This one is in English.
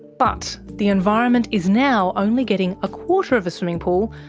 but the environment is now only getting a quarter of a swimming pool,